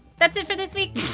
that's it for this week